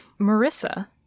Marissa